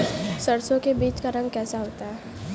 सरसों के बीज का रंग कैसा होता है?